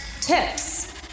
tips